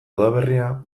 udaberria